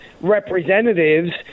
representatives